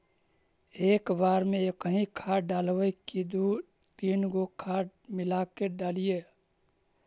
एक बार मे एकही खाद डालबय की दू तीन गो खाद मिला के डालीय?